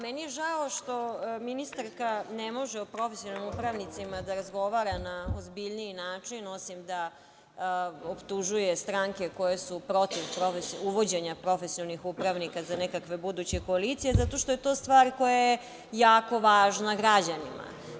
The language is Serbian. Meni je žao što ministarka ne može o profesionalnim upravnicima da razgovara na ozbiljniji način, osim da optužuje stranke koje su protiv uvođenja profesionalnih upravnika za nekakve buduće koalicije, zato što je to stvar koja je jako važna građanima.